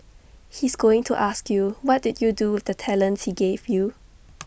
he's going to ask you what did you do with the talents he gave you